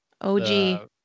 OG